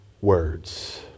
words